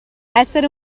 essere